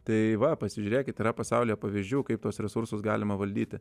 tai va pasižiūrėkit yra pasaulyje pavyzdžių kaip tuos resursus galima valdyti